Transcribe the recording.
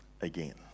again